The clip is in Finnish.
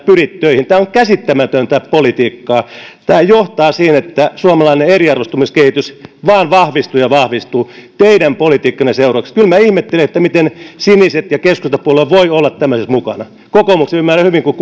pyri töihin tämä on käsittämätöntä politiikkaa tämä johtaa siihen että suomalainen eriarvoistumiskehitys vain vahvistuu ja vahvistuu teidän politiikkanne seurauksena kyllä minä ihmettelen miten siniset ja keskustapuolue ovat voineet olla tämmöisessä mukana kokoomuksen ymmärrän hyvin kun